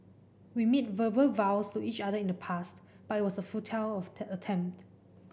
we made verbal vows to each other in the past but it was a futile of attempt